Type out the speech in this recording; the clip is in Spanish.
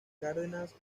cárdenas